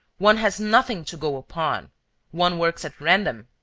one has nothing to go upon one works at random.